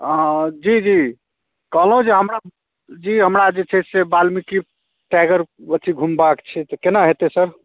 हँ जी जी कहलहुँ जे हमरा जी हमरा जे छै से बाल्मीकी टाइगर अथी घुमबाक छै तऽ केना होयतै सर